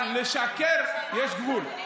אבל לשקר יש גבול.